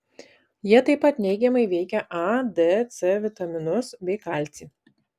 jie tai pat neigiamai veikia a d c vitaminus bei kalcį